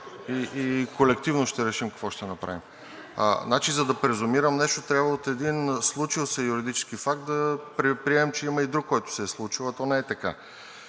и колективно ще решим, какво ще направим. За да презумирам нещо, трябва от един случил се юридически факт да приемем, че има и друг, който се е случил, а то не е така.